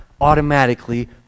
automatically